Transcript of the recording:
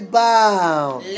bound